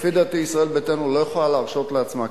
לפי דעתי ישראל ביתנו לא יכולה להרשות לעצמה,